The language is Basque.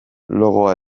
logoa